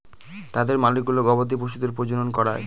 তাদের মালিকগুলো গবাদি পশুদের প্রজনন করায়